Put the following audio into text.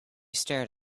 stared